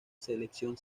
selección